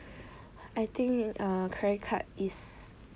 I think a credit card is